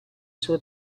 suo